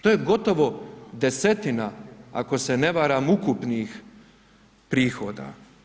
To je gotovo desetina, ako se ne varam ukupnih prihoda.